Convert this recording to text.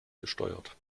gesteuert